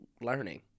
learning